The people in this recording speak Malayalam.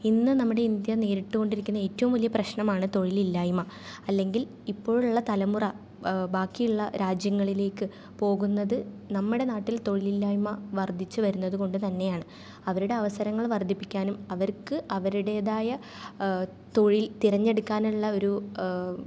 ഇന്ന് നമ്മുടെ ഇന്ത്യ നേരിട്ട് കൊണ്ടിരിക്കുന്ന ഏറ്റവും വലിയ പ്രശ്നമാണ് തൊഴിലില്ലായ്മ അല്ലെങ്കിൽ ഇപ്പോഴുള്ള തലമുറ ബാക്കിയുള്ള രാജ്യങ്ങളിലേക്ക് പോകുന്നത് നമ്മുടെ നാട്ടിൽ തൊഴിലില്ലായ്മ വർദ്ധിച്ച് വരുന്നതു കൊണ്ട് തന്നെയാണ് അവരുടെ അവസരങ്ങൾ വർദ്ധിപ്പിക്കാനും അവർക്ക് അവരുടേതായ തൊഴിൽ തിരഞ്ഞെടുക്കാനുള്ള ഒരു